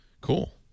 Cool